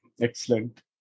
Excellent